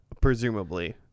presumably